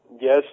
Yes